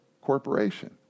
corporation